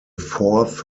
fourth